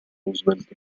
roosevelt